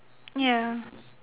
ya